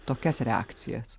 tokias reakcijas